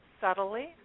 subtly